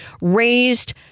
raised